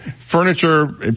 furniture